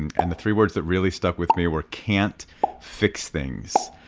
and the three words that really stuck with me were can't fix things.